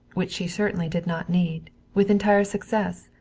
which she certainly did not need, with entire success.